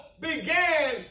began